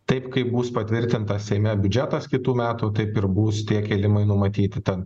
taip kaip bus patvirtintas seime biudžetas kitų metų taip ir bus tiek kėlimai numatyti ten